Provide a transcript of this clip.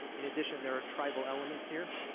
in addition there are tribal elements here.